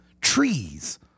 trees